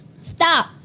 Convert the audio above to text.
Stop